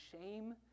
shame